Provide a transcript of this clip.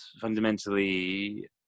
fundamentally